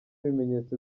ibimenyetso